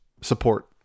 support